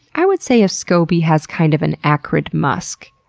i would say a scoby has kind of an acrid musk,